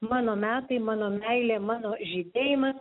mano metai mano meilė mano žydėjimas